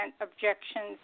objections